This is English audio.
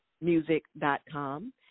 music.com